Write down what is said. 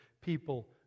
people